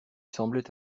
semblait